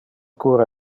cura